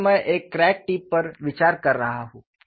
और मैं एक क्रैक टिप पर विचार कर रहा हूं